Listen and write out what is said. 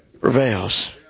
prevails